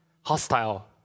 hostile